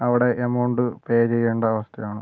അവിടെ amount pay ചെയ്യേണ്ട അവസ്ഥയാണ്